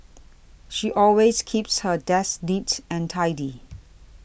she always keeps her desk neat and tidy